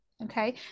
Okay